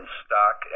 stock